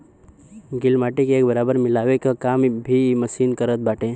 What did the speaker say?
गिल माटी के एक बराबर मिलावे के काम भी इ मशीन करत बाटे